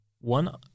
one